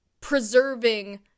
preserving